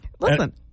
Listen